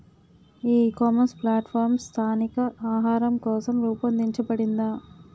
ఈ ecommerce platform స్థానిక ఆహారం కోసం రూపొందించబడిందా?